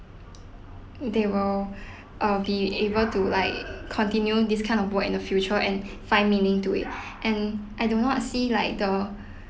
they will err be able to like continue this kind of work in the future and find meaning to it and I do not see like the